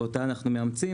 ואותה אנחנו מאמצים.